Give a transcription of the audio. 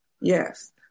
yes